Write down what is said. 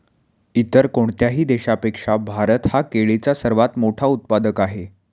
इतर कोणत्याही देशापेक्षा भारत हा केळीचा सर्वात मोठा उत्पादक आहे